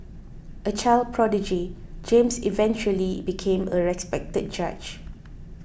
a child prodigy James eventually became a respected judge